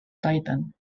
titan